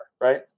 right